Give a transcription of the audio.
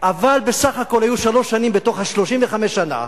אבל בסך הכול היו שלוש שנים בתוך 35 השנה,